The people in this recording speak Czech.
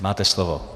Máte slovo.